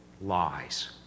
lies